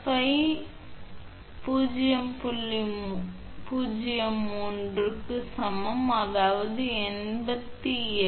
03 க்கு சமம் அதாவது 88 88